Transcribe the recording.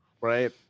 right